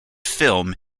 film